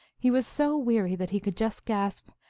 he was so weary that he could just gasp,